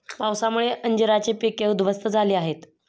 पावसामुळे अंजीराची पिके उध्वस्त झाली आहेत